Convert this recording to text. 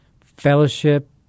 fellowship